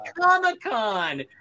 Comic-Con